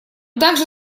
также